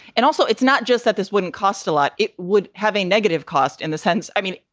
and also, it's not just that this wouldn't cost a lot. it would have a negative cost in the sense. i mean,